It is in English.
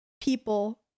people